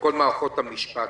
בכל מערכות המשפט